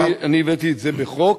הבאתי את זה בחוק,